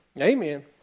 Amen